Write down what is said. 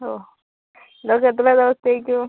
ഓഹ് ഇതൊക്കെ എത്ര ദിവസത്തേക്കും